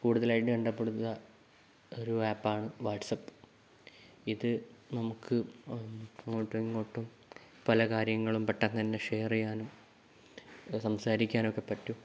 കൂടുതലായിട്ടുണ്ടായിപ്പെടുന്നത് ഒരു ആപ്പാണ് വാട്സ്ആപ്പ് ഇത് നമുക്ക് അങ്ങോട്ടുമിങ്ങോട്ടും പല കാര്യങ്ങളും പെട്ടെന്നുതന്നെ ഷെയർ ചെയ്യാനും സംസാരിക്കാനുമൊക്കെ പറ്റും